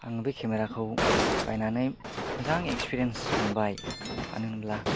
आङो बे केमेराखौ बायनानै मोजां एक्सपिरियेन्स मोनबाय मानो होनब्ला